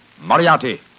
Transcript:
Moriarty